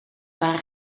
waren